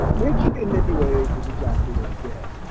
which, in many ways is exactly what i did.